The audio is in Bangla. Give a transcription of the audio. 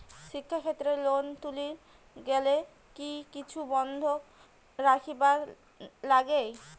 শিক্ষাক্ষেত্রে লোন তুলির গেলে কি কিছু বন্ধক রাখিবার লাগে?